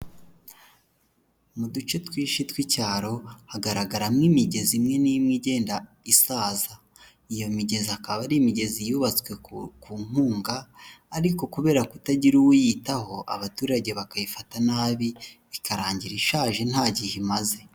Mu duce twinshi tw'icyaro hagaragaramo imigezi imwe n'imwe igenda isaza, iyo migezi akaba ari imigezi yubatswe ku nkunga ariko kubera kutagira uyitaho, abaturage bakayifata nabi bikarangira ishaje nta gihe imaze.